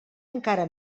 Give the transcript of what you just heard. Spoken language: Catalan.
encara